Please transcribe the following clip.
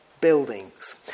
buildings